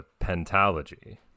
Pentology